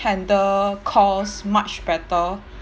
handle calls much better